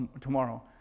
tomorrow